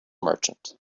merchant